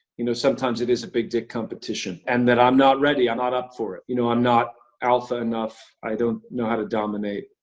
you know, sometimes it is a big-dick competition, and that i'm not ready, i'm not up for it, you know, i'm not alpha enough, i don't know how to dominate.